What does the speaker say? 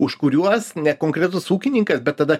už kuriuos ne konkretus ūkininkas bet tada